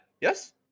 yes